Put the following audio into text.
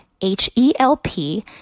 H-E-L-P